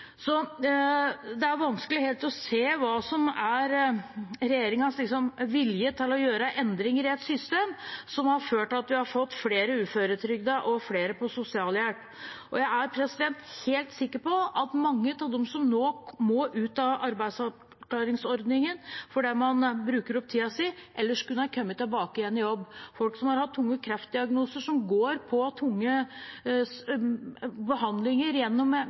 Det er vanskelig helt å se hva som liksom er regjeringens vilje til å gjøre endringer i et system som har ført til at vi har fått flere uføretrygdede og flere på sosialhjelp. Jeg er helt sikker på at mange av dem som nå må ut av arbeidsavklaringsordningen fordi man bruker opp tiden sin, ellers kunne ha kommet tilbake igjen til jobb. Folk som har hatt tunge kreftdiagnoser og går på tunge behandlinger gjennom